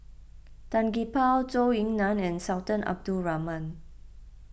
Tan Gee Paw Zhou Ying Nan and Sultan Abdul Rahman